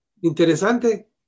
Interesante